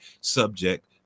subject